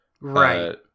Right